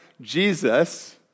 Jesus